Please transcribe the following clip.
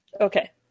Okay